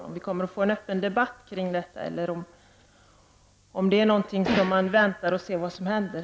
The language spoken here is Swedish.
Eller kommer man att vänta och se vad som händer?